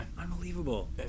Unbelievable